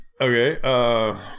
Okay